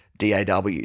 DAW